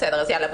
בסדר.